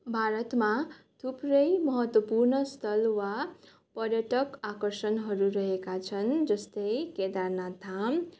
भारतमा थुप्रै महत्त्वपूर्ण स्थल वा पर्यटक आकर्षणहरू रहेका छन् जस्तै केदारनाथ धाम